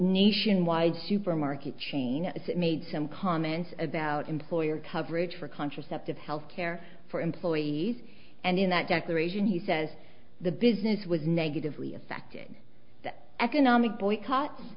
nationwide supermarket chain is it made some comments about employer coverage for contraceptive health care for employees and in that declaration he says the business was negatively affected the economic boycott